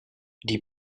die